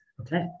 okay